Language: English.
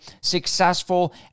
successful